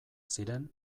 ziren